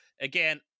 again